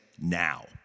now